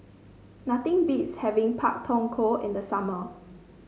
nothing beats having Pak Thong Ko in the summer